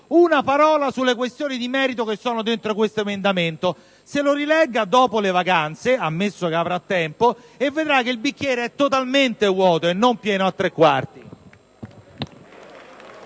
una frase, sulle questioni di merito affrontate in questo emendamento. Se lo rilegga dopo le vacanze, ammesso che abbia tempo, e vedrà che il bicchiere è totalmente vuoto, e non pieno a tre quarti.